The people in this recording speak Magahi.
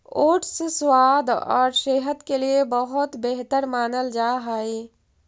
ओट्स स्वाद और सेहत के लिए बहुत बेहतर मानल जा हई